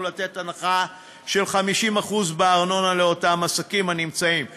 לתת הנחה של 50% בארנונה לאותם עסקים הנמצאים שם.